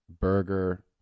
burger